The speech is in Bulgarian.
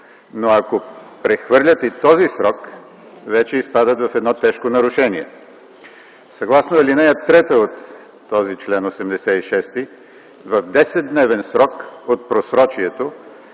но ако прехвърлят и този срок, вече изпадат в тежко нарушение. Съгласно ал. 3 от чл. 86 в 10-дневен срок от просрочието